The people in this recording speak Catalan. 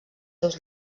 seus